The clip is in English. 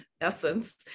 essence